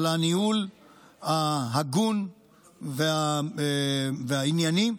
על הניהול ההגון והענייני,